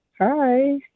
Hi